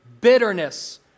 Bitterness